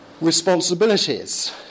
responsibilities